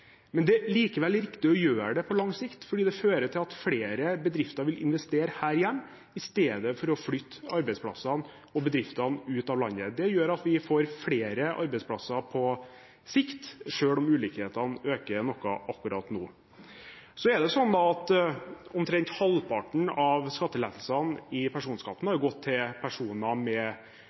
Men det er på lang sikt likevel riktig å gjøre det fordi det fører til at flere bedrifter vil investere her hjemme i stedet for å flytte arbeidsplassene og bedriftene ut av landet. Det gjør at vi får flere arbeidsplasser på sikt, selv om ulikhetene øker noe akkurat nå. Så er det sånn at omtrent halvparten av skattelettelsene i personskatten har gått til personer med